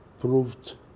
proved